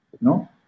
no